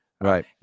Right